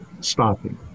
stopping